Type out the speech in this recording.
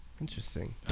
Interesting